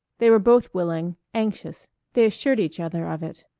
they were both willing anxious they assured each other of it.